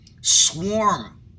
swarm